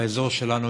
באזור שלנו,